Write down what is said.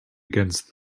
against